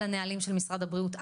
על הנהלים של משרד הבריאות,